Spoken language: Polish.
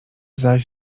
zaś